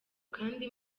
kandi